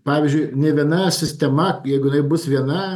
pavyzdžiui nei viena sistema jeigu jinai bus viena